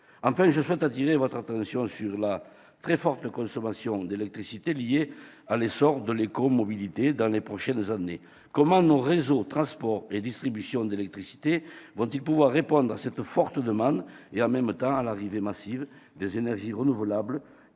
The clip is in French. Enfin, je souhaite attirer votre attention sur la très forte consommation d'électricité liée à l'essor de l'écomobilité dans les prochaines années. Comment nos réseaux de transport et de distribution d'électricité vont-ils pouvoir répondre à cette forte demande et, en même temps, à l'arrivée massive des énergies renouvelables